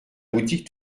boutique